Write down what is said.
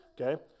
okay